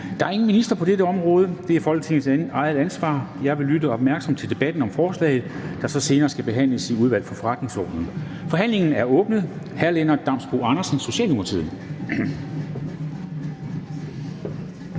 Der er ingen minister på dette område – det er Folketingets eget ansvar. Jeg vil lytte opmærksomt til debatten om forslaget, der så senere skal behandles i Udvalget for Forretningsordenen. Forhandlingen er åbnet. Hr. Lennart Damsbo-Andersen, Socialdemokratiet.